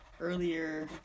earlier